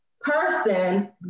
person